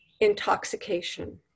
intoxication